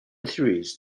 theories